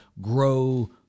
grow